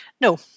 No